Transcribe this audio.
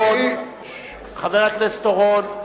חבר הכנסת אורון,